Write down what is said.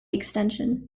extension